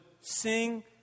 sing